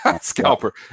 scalper